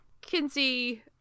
kinsey